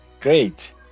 Great